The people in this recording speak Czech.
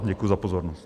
Děkuji za pozornost.